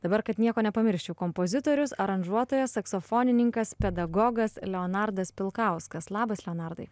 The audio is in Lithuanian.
dabar kad nieko nepamirščiau kompozitorius aranžuotojas saksofonininkas pedagogas leonardas pilkauskas labas leonardai